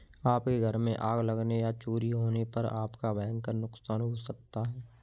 आपके घर में आग लगने या चोरी होने पर आपका भयंकर नुकसान हो सकता है